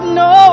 no